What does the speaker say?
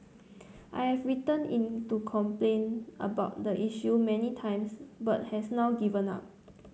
I've written in to complain about the issue many times but has now given up